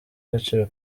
agaciro